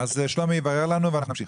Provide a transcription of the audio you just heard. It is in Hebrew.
שלומי יברר לנו ואנחנו נמשיך.